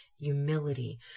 Humility